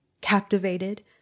captivated